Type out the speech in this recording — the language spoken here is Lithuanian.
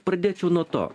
pradėčiau nuo to